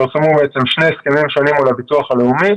פורסמו שני הסכמים שונים מול הביטוח הלאומי: